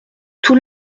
tout